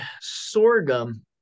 sorghum